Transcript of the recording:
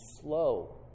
slow